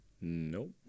Nope